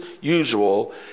usual